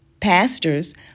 Pastors